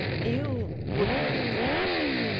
you would be cool,